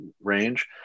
range